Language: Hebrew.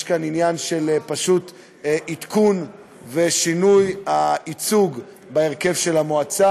יש כאן עניין פשוט של עדכון ושינוי של הייצוג בהרכב של המועצה,